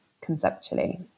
conceptually